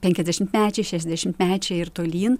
penkiasdešimtmečiai šešiasdešimtmečiai ir tolyn